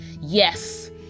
yes